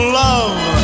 love